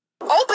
Open